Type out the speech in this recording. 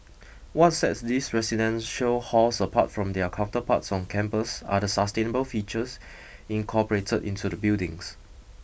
what sets these residential halls apart from their counterparts on campus are the sustainable features incorporated into the buildings